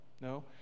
no